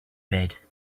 bed